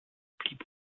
blieb